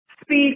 speak